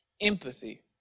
empathy